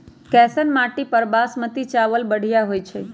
कैसन माटी पर बासमती चावल बढ़िया होई छई?